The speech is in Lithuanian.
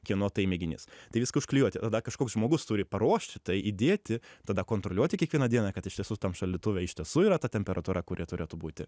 kieno tai mėginys tai viską užklijuoti ir dar kažkoks žmogus turi paruošti tai įdėti tada kontroliuoti kiekvieną dieną kad iš tiesų tam šaldytuve iš tiesų yra ta temperatūra kuri turėtų būti